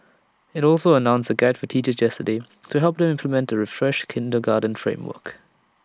IT also announced A guide for teachers yesterday to help them implement the refreshed kindergarten framework